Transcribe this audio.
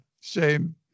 Shame